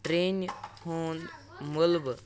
ٹرینِہ ہُند مُلبہٕ